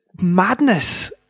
madness